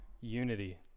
unity